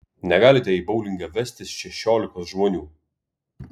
negalite į boulingą vestis šešiolikos žmonių